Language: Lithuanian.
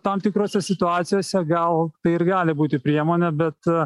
tam tikrose situacijose gal tai ir gali būti priemonė bet